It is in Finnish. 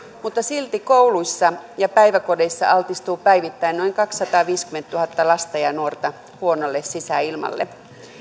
mutta silti kouluissa ja päiväkodeissa altistuu päivittäin noin kaksisataaviisikymmentätuhatta lasta ja nuorta huonolle sisäilmalle